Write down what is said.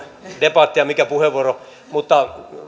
debattia ja mikä puheenvuoro mutta